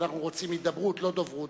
אנחנו רוצים הידברות, לא דוברות.